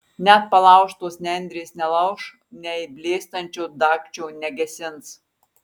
net palaužtos nendrės nelauš nei blėstančio dagčio negesins